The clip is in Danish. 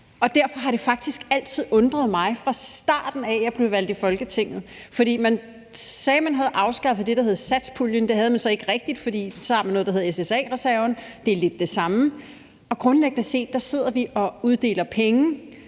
Derfor har det faktisk også altid undret mig, lige fra starten af, efter at jeg blev valgt ind i Folketinget – for man sagde, at man havde afskaffet det, der hed satspuljen; det havde man så ikke rigtig, fordi man så har noget, der hedder SSA-reserven, og som er lidt det samme – at vi grundlæggende set sidder og uddeler penge